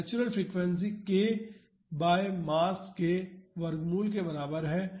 तो natural frequency k by mass के वर्गमूल के बराबर है